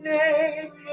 name